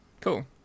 cool